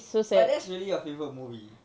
but that's really your favourite movie